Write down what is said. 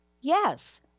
yes